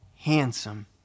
Handsome